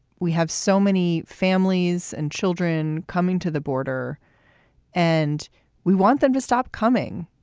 we have so many families and children coming to the border and we want them to stop coming.